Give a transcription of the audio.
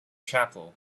chapel